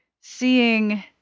seeing